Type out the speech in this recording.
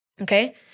okay